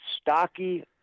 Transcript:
stocky